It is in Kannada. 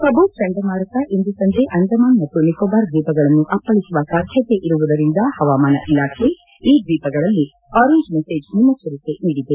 ಪಬೂಕ್ ಚಂಡಮಾರುತ ಇಂದು ಸಂಜೆ ಅಂಡಮಾನ್ ಮತ್ತು ನಿಕೋಬಾರ್ ದ್ವೀಪಗಳನ್ನು ಅಪ್ಪಳಿಸುವ ಸಾಧ್ಯತೆ ಇರುವುದರಿಂದ ಪವಾಮಾನ ಇಲಾಖೆ ಈ ದ್ವೀಪಗಳಲ್ಲಿ ಆರೆಂಜ್ ಮೆಸೇಜ್ ಮುನ್ನೆಚ್ವರಿಕೆ ನೀಡಿದೆ